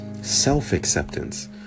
self-acceptance